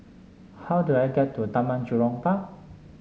how do I get to Taman Jurong Park